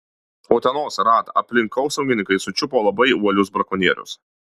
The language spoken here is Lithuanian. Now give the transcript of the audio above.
utenos raad aplinkosaugininkai sučiupo labai uolius brakonierius